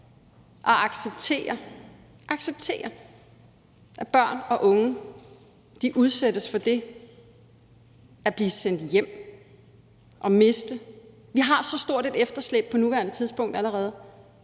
at acceptere, at børn og unge udsættes for det at blive sendt hjem og miste. Vi har så stort et efterslæb allerede på nuværende tidspunkt,